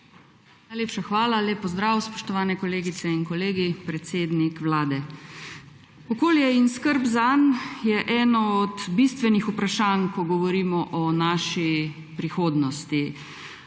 Najlepša hvala. Lep pozdrav, spoštovane kolegice in kolegi, predsednik Vlade! Okolje in skrb zanj je eno od bistvenih vprašanj, ko govorimo o naši prihodnosti.